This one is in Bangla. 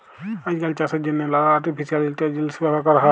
আইজকাল চাষের জ্যনহে লালা আর্টিফিসিয়াল ইলটেলিজেলস ব্যাভার ক্যরা হ্যয়